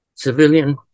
civilian